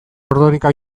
ordorika